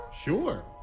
Sure